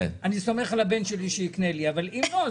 אני סומך על הבן שלי שיקנה לי אבל אם לא,